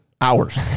hours